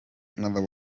another